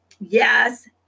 Yes